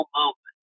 moment